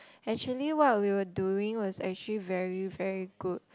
actually what we were doing was actually very very good